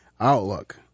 outlook